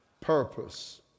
Purpose